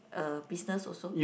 a business also